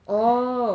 oh